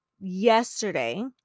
yesterday